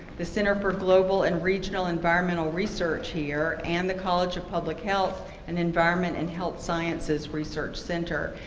the center for global and regional environmental research here, and the college of public health, and environment and health sciences research center.